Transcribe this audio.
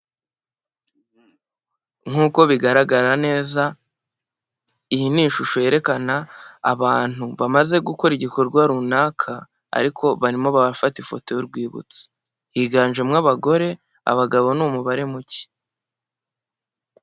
Nk'uko bigaragara neza iyi ni ishusho yerekana abantu bamaze gukora igikorwa runaka ariko barimo babafata ifoto y'urwibutso higanjemo abagore, abagabo ni umubare muke.